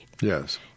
Yes